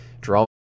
Draw